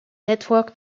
network